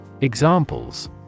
Examples